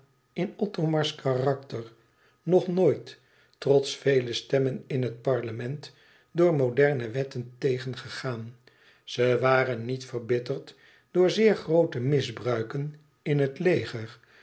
in othomars karakter nog nooit trots vele stemmen in het parlement door moderne wetten tegengegaan ze waren niet verbitterd door zeer groote misbruiken in het leger